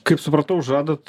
kaip supratau žadat